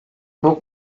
but